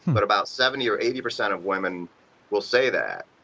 but about seventy or eighty percent of women will say that.